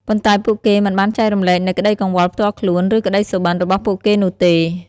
ប៉ុន្តែពួកគេមិនបានចែករំលែកនូវក្តីកង្វល់ផ្ទាល់ខ្លួន ឬក្តីសុបិន្តរបស់ពួកគេនោះទេ។